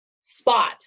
spot